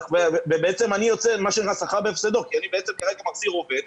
ושכרי בהפסדי, כי אם אני מחזיר עובד